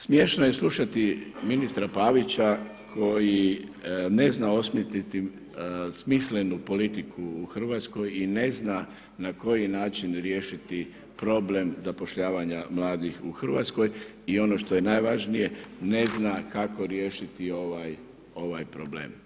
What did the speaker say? Smiješno je slušati ministra Pavića koji ne zna osmisliti smislenu politiku u Hrvatskoj i ne zna na koji način riješiti problem zapošljavanja mladih u Hrvatskoj i ono što je najvažnije, ne zna kako riješiti ovaj problem.